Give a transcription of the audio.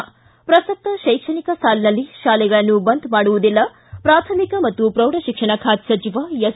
ಿ ಪ್ರಸಕ್ತ ಶೈಕ್ಷಣಿಕ ಸಾಲಿನಲ್ಲಿ ಶಾಲೆಗಳನ್ನು ಬಂದ್ ಮಾಡುವುದಿಲ್ಲ ಪ್ರಾಥಮಿಕ ಮತ್ತು ಪ್ರೌಢಶಿಕ್ಷಣ ಖಾತೆ ಸಚಿವ ಎಸ್